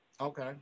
Okay